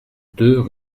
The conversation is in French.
deux